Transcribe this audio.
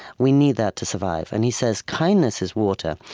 we need that to survive. and he says, kindness is water,